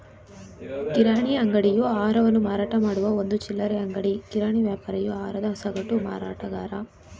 ಕಿರಾಣಿ ಅಂಗಡಿಯು ಆಹಾರವನ್ನು ಮಾರಾಟಮಾಡುವ ಒಂದು ಚಿಲ್ಲರೆ ಅಂಗಡಿ ಕಿರಾಣಿ ವ್ಯಾಪಾರಿಯು ಆಹಾರದ ಸಗಟು ಮಾರಾಟಗಾರ